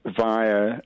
...via